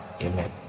Amen